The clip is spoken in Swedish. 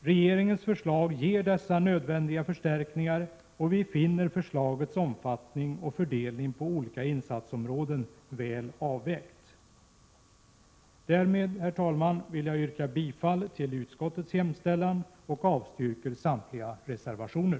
Regeringens förslag ger dessa nödvändiga förstärkningar, och vi finner förslaget när det gäller omfattning och fördelning på olika insatsområden väl avvägt. Därmed, herr talman, vill jag yrka bifall till utskottets hemställan och avslag på samtliga reservationer.